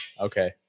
Okay